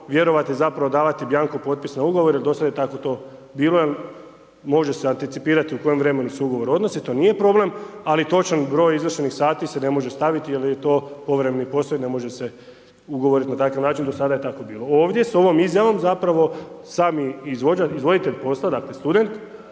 vjerovati zapravo, davati bianco potpise na ugovore, jer do sada je to tako bilo, jer može se anticipirati u kojem vremenu se ugovor odnosi, to nije problem, ali točan broj izvršenih sati se ne može staviti, jer je to povremeni posao i ne može se ugovoriti na takav način. Do sad je tako bilo. Ovdje s ovom izjavom sami izvoditelj posla, dakle, student,